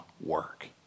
work